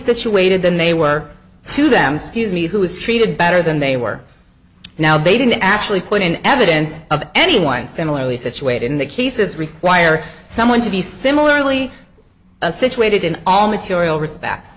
situated than they were to them scuse me who was treated better than they were now they didn't actually put in evidence of anyone similarly situated in the cases require someone to be similarly situated in all material respect